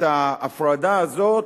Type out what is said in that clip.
את ההפרדה הזאת,